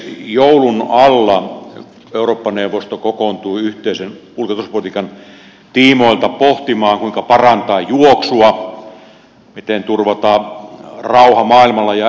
joulun alla eurooppa neuvosto kokoontui yhteisen ulko ja turvallisuuspolitiikan tiimoilta pohtimaan kuinka parantaa juoksua miten turvata rauha maailmalla ja euroopassa